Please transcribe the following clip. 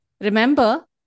Remember